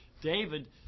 David